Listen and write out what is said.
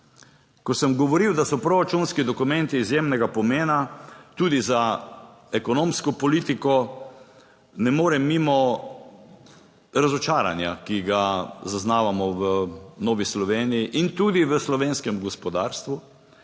Ko sem govoril, da so proračunski dokumenti izjemnega pomena tudi za ekonomsko politiko, ne morem mimo razočaranja, ki ga zaznavamo v Novi Sloveniji in tudi v slovenskem gospodarstvu.